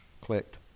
clicked